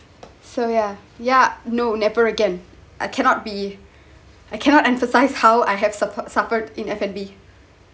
so yeah yeah no never again I cannot be I cannot emphasise how I have suffer suffered in F and B